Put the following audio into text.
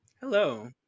Hello